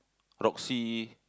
Roxy